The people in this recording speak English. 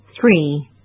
Three